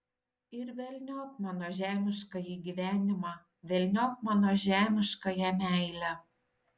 ir velniop mano žemiškąjį gyvenimą velniop mano žemiškąją meilę